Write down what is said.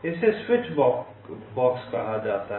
इसे switch box कहा जाता है